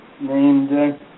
named